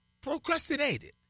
procrastinated